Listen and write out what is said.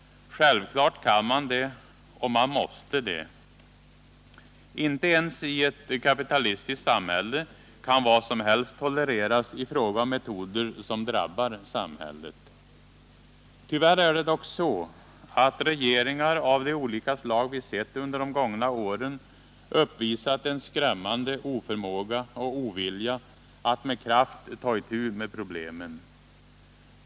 Självklart kan man det och man måste det. Inte ens i ett kapitalistiskt samhälle kan vad som helst tolereras i fråga om metoder som drabbar samhället. Tyvärr är det dock så, att regeringar av de olika slag vi sett under de gångna åren uppvisat en skrämmande oförmåga och ovilja att med kraft ta itu med problemen.